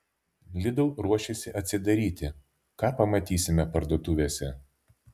lidl ruošiasi atsidaryti ką pamatysime parduotuvėse